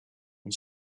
and